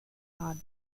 hard